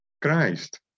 Christ